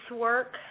work